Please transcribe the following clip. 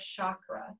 chakra